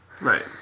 Right